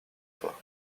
soi